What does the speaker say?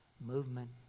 Movement